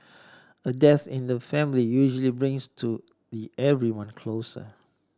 a death in the family usually brings to everyone closer